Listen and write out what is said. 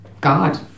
God